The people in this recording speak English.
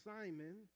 simon